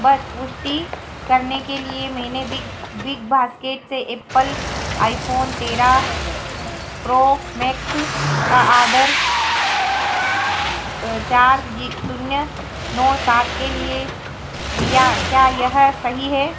बस पुष्टि करने के लिए मैंने बिग बिग बास्केट से एप्पल आईफ़ोन तेरह प्रो मैक्स का आर्डर चार शून्य नौ सात के लिए दिया क्या यह सही है